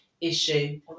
issue